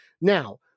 now